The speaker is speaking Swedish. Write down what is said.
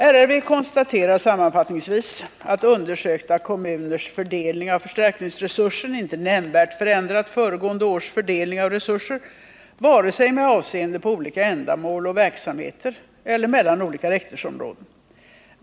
RRV konstaterar sammanfattningsvis att undersökta kommuners fördelning av förstärkningsresursen inte nämnvärt förändrat föregående års fördelning av resurser vare sig med avseende på olika ändamål och verksamheter eller mellan olika rektorsområden.